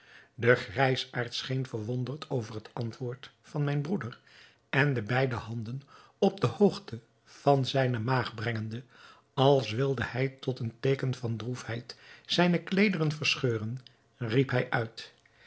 de grijsaard scheen verwonderd over het antwoord van mijn broeder en de beide handen op de hoogte van zijne maag brengende als wilde hij tot een teeken van droefheid zijne kleederen verscheuren riep hij uit